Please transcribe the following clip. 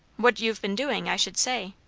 what you've been doing, i should say.